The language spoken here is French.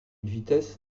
vitesse